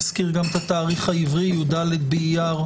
נזכיר גם את התאריך העברי, י"ד באייר,